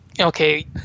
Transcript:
okay